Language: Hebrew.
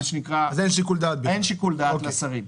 אז אין שיקול דעת לשרים.